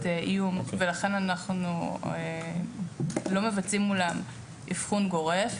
איום ולכן אנחנו לא מבצעים מולם אבחון גורף,